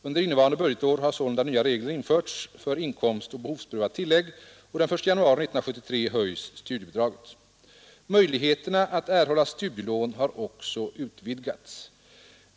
Under innevarande budgetår har sålunda nya regler införts för inkomstoch behovsprövat tillägg, och den 1 januari 1973 höjs studiebidraget. Möjligheterna att erhålla studielån har också utvidgats.